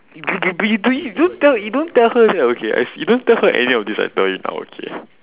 b~ b~ but you don't you don't you don't tell her that okay I s~ you don't tell her any of this I tell you now okay